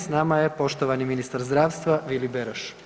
S nama je poštovani ministra zdravstva Vili Beroš.